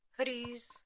hoodies